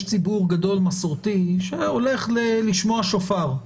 יש ציבור גדול מסורתי שהולך לשמוע שופר,